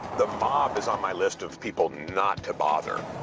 the mob is on my list of people not to bother.